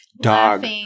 dog